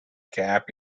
gap